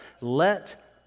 let